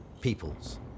peoples